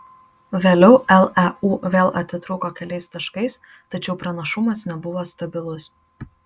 vėliau leu vėl atitrūko keliais taškais tačiau pranašumas nebuvo stabilus